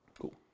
Cool